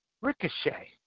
Ricochet